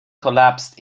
collapsed